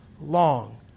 long